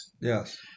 Yes